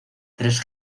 tres